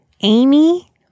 Amy